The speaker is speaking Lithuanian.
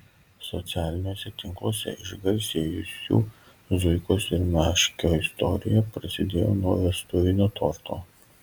socialiniuose tinkluose išgarsėjusių zuikos ir meškio istorija prasidėjo nuo vestuvinio torto